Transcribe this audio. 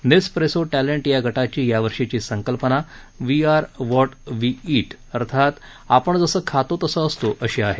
Nespresso talent या गटाची या वर्षीची संकल्पना we are what we eat अर्थात आपण जसं खातो तसे असतो अशी आहे